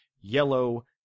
yellow